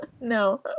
No